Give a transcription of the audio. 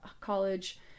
college